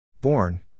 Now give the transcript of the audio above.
Born